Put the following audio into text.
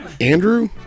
Andrew